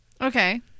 Okay